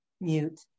mute